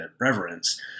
reverence